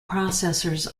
processors